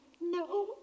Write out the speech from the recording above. no